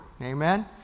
Amen